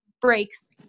breaks